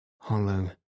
hollow